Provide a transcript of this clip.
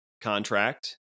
contract